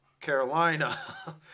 Carolina